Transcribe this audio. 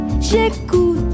J'écoute